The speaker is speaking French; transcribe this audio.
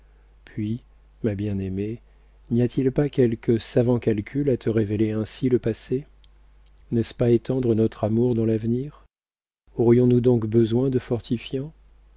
puis ma bien-aimée n'y a-t-il pas quelque savant calcul à te révéler ainsi le passé n'est-ce pas étendre notre amour dans l'avenir aurions-nous donc besoin de fortifiants